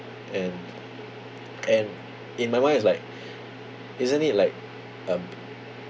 and and in my mind it's like isn't it like uh